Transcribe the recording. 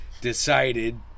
decided